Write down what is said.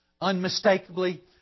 Unmistakably